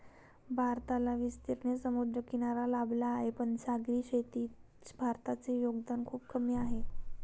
भारताला विस्तीर्ण समुद्रकिनारा लाभला आहे, पण सागरी शेतीत भारताचे योगदान खूप कमी आहे